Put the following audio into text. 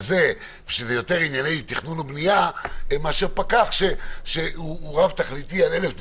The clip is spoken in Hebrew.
שזה יותר ענייני תכנון ובנייה מאשר פקח שהוא רב תכליתי על אלף דברים.